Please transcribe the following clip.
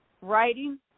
writing